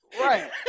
Right